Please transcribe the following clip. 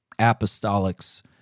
apostolics—